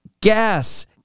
Gas